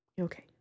okay